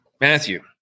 Matthew